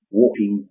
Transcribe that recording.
walking